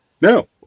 No